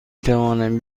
توانم